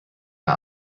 bei